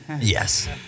Yes